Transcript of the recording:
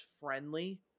friendly